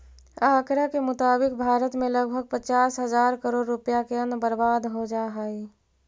आँकड़ा के मुताबिक भारत में लगभग पचास हजार करोड़ रुपया के अन्न बर्बाद हो जा हइ